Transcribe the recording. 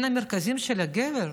המרכזיים של גבר.